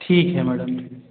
ठीक है मैडम